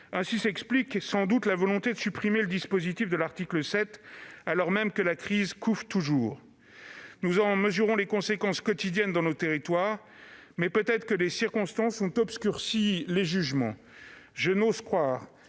Ainsi s'explique, sans doute, la volonté de supprimer le dispositif de l'article 7, alors même que la crise couve toujours. Nous en mesurons les conséquences quotidiennes dans nos territoires. Cependant, peut-être que les circonstances ont obscurci les jugements ... Je n'ose croire